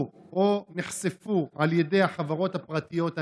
או נחשפו על ידי החברות הפרטיות הנ"ל?